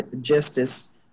justice